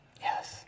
Yes